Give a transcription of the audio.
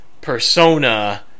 persona